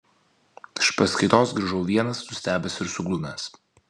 iš paskaitos grįžau vienas nustebęs ir suglumęs